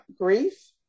Grief